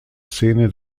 szene